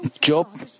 Job